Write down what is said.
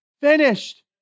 finished